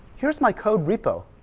here is my code repo,